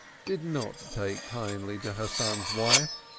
did not take kindly to her son's wife,